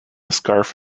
scarf